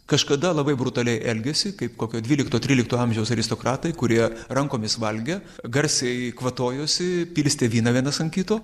kažkada labai brutaliai elgėsi kaip kokio dvylikto trylikto amžiaus aristokratai kurie rankomis valgė garsiai kvatojosi pilstė vyną vienas ant kito